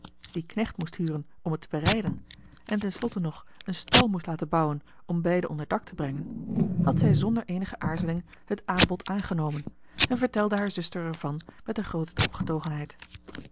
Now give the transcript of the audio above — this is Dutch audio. dien knecht moest huren om het te berijden en ten slotte nog een stal moest laten bouwen om beide onder dak te brengen had zij zonder eenige aarzeling het aanbod aangenomen en vertelde haar zuster ervan met de grootste